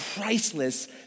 priceless